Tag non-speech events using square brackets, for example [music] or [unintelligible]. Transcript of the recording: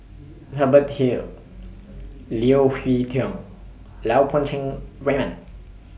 Hubert Hill Leo Hee Tong Lau Poo [unintelligible] Raymond